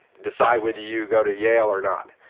decide whether you go to yale or not.